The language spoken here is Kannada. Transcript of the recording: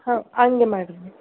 ಹಾಂ ಹಂಗೆ ಮಾಡಿ ಮ್ಯಾಮ್